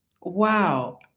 Wow